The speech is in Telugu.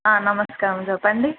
నమస్కారం చెప్పండి